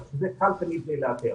שזה קל תמיד לאתר.